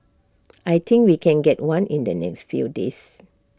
I think we can get one in the next few days